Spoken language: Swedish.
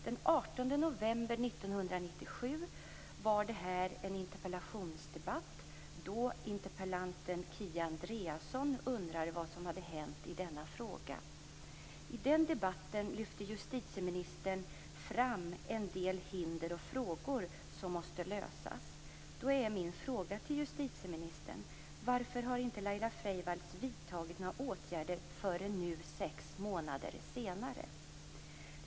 Den 18 november 1997 var det en interpellationsdebatt här i kammaren. Då undrade interpellanten Kia Andreasson vad som hade hänt i denna fråga. I den debatten lyfte justitieministern fram en del hinder och frågor som måste lösas. Min fråga till justitieministern är: Varför har inte Laila Freivalds vidtagit några åtgärder förrän nu sex månader senare?